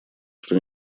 что